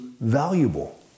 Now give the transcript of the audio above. valuable